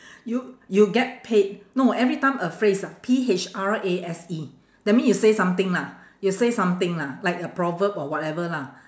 you you get paid no every time a phrase ah P H R A S E that mean you say something lah you say something lah like a proverb or whatever lah